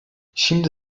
şimdi